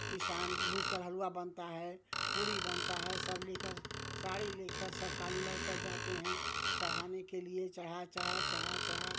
पिसान भुज कर हलुआ बनता है पूरी बनता है सब लेकर साड़ी लेकर सब काली माई तर जाते हैं चढ़ाने के लिए चढ़ा चढ़ा चढ़ा चढ़ा